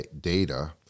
data